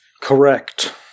Correct